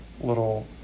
little